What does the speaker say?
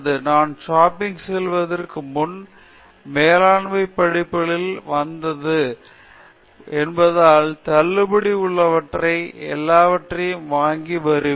நான் ஷாப்பிங் செல்வதற்கு முன்னர் மேலாண்மை படிப்புகளிலிருந்து வந்தேன் என்பதால் தள்ளுபடி உள்ளவற்றுக்கு எல்லாவற்றையும் வாங்கி வருவேன்